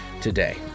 today